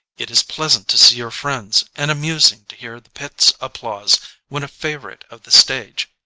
it is pleasant to see your friends and amusing to hear the pit's applause when a favourite of the stage,